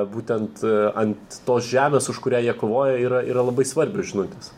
būtent ant tos žemės už kurią jie kovoja yra yra labai svarbios žinutės